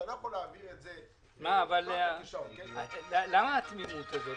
אתה לא יכול להעביר את זה --- למה התמימות הזו?